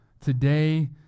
Today